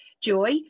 joy